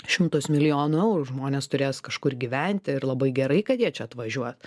šimtus milijonų eurų žmonės turės kažkur gyventi ir labai gerai kad jie čia atvažiuos